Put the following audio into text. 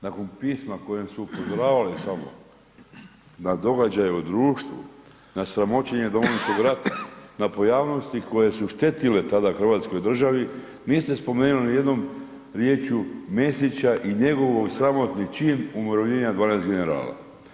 Nakon pisma u kojem su upozoravali samo na događaje u društvu, na sramoćenje Domovinskog rata, na pojavnosti koje su štetile tada hrvatskoj državi, niste spomenuli nijednom riječju Mesića i njegov sramotni čin umirovljenja 12 generala.